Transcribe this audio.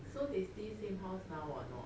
so they stay same house now or not